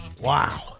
Wow